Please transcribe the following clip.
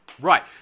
right